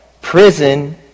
Prison